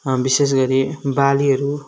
विशेष गरी बालीहरू